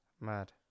Mad